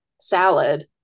salad